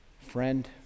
friend